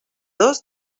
dos